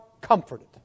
comforted